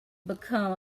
become